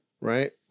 right